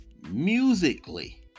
musically